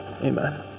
Amen